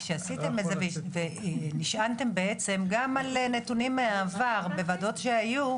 כשעשיתם את זה נשענתם בעצם גם על נתונים מהעבר בוועדות שהיו.